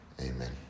Amen